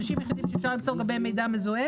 האנשים היחידים שאפשר למסור לגביהם מידע מזוהה,